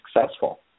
successful